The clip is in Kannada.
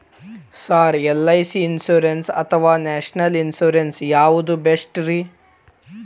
ಸರ್ ಎಲ್.ಐ.ಸಿ ಇನ್ಶೂರೆನ್ಸ್ ಅಥವಾ ನ್ಯಾಷನಲ್ ಇನ್ಶೂರೆನ್ಸ್ ಯಾವುದು ಬೆಸ್ಟ್ರಿ?